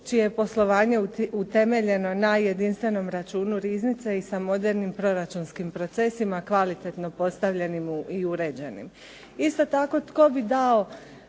čije poslovanje utemeljeno na jedinstvenom računu riznice i sa modernim proračunskim procesima, kvalitetno postavljenim i uređenim? Isto tako, tko bi dao